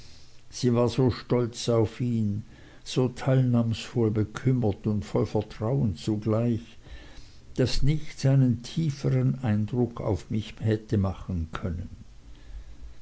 sie war so stolz auf ihn so teilnahmsvoll bekümmert und voll vertrauen zugleich daß nichts einen tiefern eindruck auf mich hätte machen können